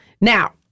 Now